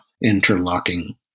interlocking